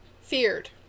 Feared